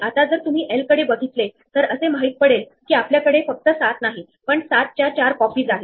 आता पुढे जाऊन मी क्यु मधील पुढचा एलिमेंट 22 घेणार आहे आणि त्याचे शेजारी पाहणार आहे